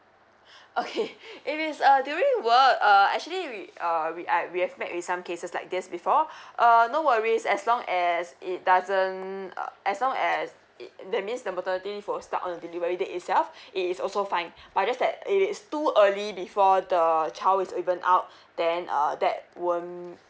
okay if it's uh during work uh actually we uh we I we expect in some cases like this before uh no worries as long as it doesn't as long as it that means the maternity will start on delivery day itself it is also fine but just that it's too early before the child is even out then uh that won't